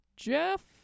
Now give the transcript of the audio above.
Jeff